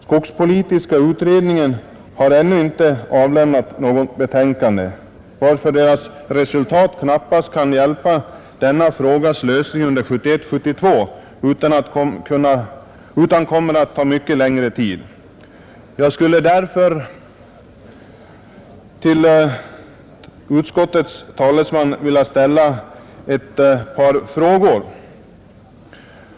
Denna utredning har ännu inte avlämnat något betänkande, varför dess resultat knappast kan hjälpa denna frågas lösning under 1971 och 1972, utan det kommer att ta mycket längre tid. Jag skulle därför till utskottets talesman vilja ställa ett par frågor.